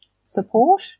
support